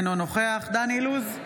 אינו נוכח דן אילוז,